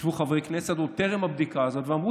ישבו חברי כנסת עוד טרם הבדיקה הזאת ואמרו